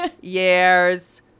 years